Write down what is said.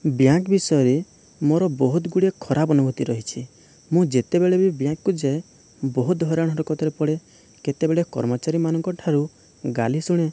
bank ବିଷୟରେ ମୋର ବହୁତ ଗୁଡ଼ିଏ ଖରାପ ଅନୁଭୂତି ରହିଛି ମୁଁ ଯେତେବେଳେ ବି ବ୍ୟାଙ୍କକୁ ଯାଏ ବହୁତ ହଇରାଣ ହରକତରେ ପଡ଼େ କେତେବେଳେ କର୍ମଚାରିମାନଙ୍କ ଠାରୁ ଗାଲି ଶୁଣେ